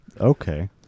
Okay